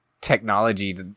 technology